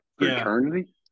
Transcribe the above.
Eternity